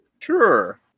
Sure